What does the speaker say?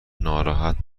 ناراحت